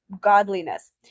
Godliness